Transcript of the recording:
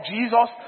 Jesus